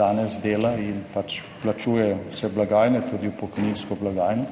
danes dela in pač plačuje vse blagajne, tudi v pokojninsko blagajno,